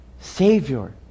Savior